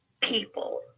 people